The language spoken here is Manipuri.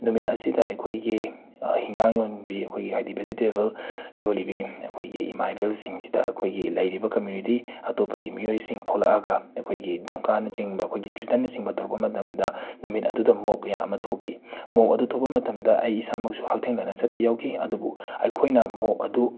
ꯅꯨꯃꯤꯠ ꯑꯁꯤꯗ ꯑꯩꯈꯣꯏꯒꯤ ꯍꯤꯟꯖꯥꯡ ꯌꯣꯟꯕꯤ ꯑꯩꯈꯣꯏꯒꯤ ꯍꯥꯏꯗꯤ ꯕꯦꯖꯤꯇꯦꯕꯜ ꯌꯣꯜꯂꯤꯕꯤ ꯑꯩꯈꯣꯏꯒꯤ ꯏꯃꯥ ꯏꯕꯦꯜꯁꯤꯡꯁꯤꯗ ꯑꯩꯈꯣꯏꯒꯤ ꯂꯩꯔꯤꯕ ꯀꯃꯨꯅꯤꯇꯤ ꯑꯇꯣꯞꯄꯒꯤ ꯃꯤꯑꯣꯏꯁꯤꯡ ꯊꯣꯂꯛꯂꯒ ꯑꯩꯈꯣꯏꯒꯤ ꯙꯝꯀꯥꯅꯆꯤꯡꯕ ꯑꯩꯈꯣꯏꯒꯤ ꯊ꯭ꯔꯤꯇꯟꯅꯆꯤꯡꯕ ꯇꯧꯔꯛꯄ ꯃꯇꯝꯗ ꯅꯨꯃꯤꯠ ꯑꯗꯨꯗ ꯃꯣꯞ ꯀꯌꯥ ꯑꯃ ꯊꯣꯛꯈꯤ ꯃꯣꯞ ꯑꯗꯨ ꯊꯣꯛꯄ ꯃꯇꯝꯗ ꯑꯩ ꯏꯁꯥꯃꯛꯁꯨ ꯍꯛꯊꯦꯡꯅꯅ ꯆꯠꯄ ꯌꯥꯎꯈꯤ ꯑꯗꯨꯕꯨ ꯑꯩꯈꯣꯏꯅ ꯃꯣꯞ ꯑꯗꯨ